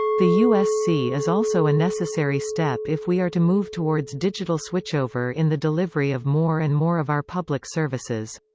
the usc is also a necessary step if we are to move towards digital switchover in the delivery of more and more of our public services.